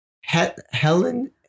Helen